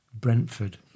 Brentford